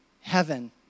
heaven